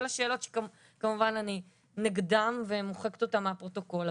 השאלות שכמובן אני נגדן ומוחקות אותן מהפרוטוקול.